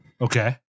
Okay